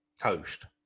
host